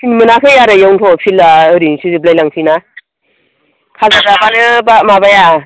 पिल मोनाखै आरो इयावनोथ' पिला ओरैनोसो जोबलाय लांसैना खाजा जाब्लानो बा माबाया